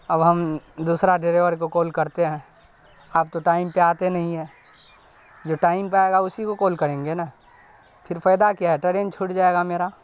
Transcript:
اب ہم دوسرا ڈریور کو کال کرتے ہیں آپ تو ٹائم پہ آتے نہیں ہیں جو ٹائم پہ آئے گا اسی کو کال کریں گے نا پھر فائدہ کیا ہے ٹرین چھوٹ جائے گا میرا